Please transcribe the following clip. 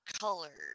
color